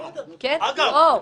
אגב,